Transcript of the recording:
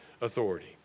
authority